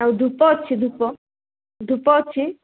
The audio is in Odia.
ଆଉ ଧୂପ ଅଛି ଧୂପ ଧୂପ ଅଛି